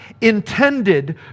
intended